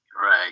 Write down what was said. Right